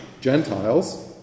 Gentiles